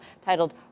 titled